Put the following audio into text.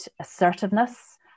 assertiveness